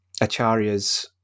Acharya's